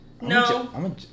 No